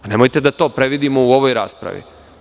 Nemojte da to previdimo u ovoj raspravi.